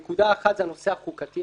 נקודה אחת היא הנושא החוקתי,